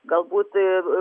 galbūt ir